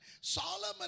Solomon